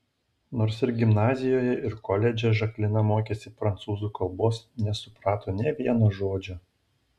nors ir gimnazijoje ir koledže žaklina mokėsi prancūzų kalbos nesuprato nė vieno žodžio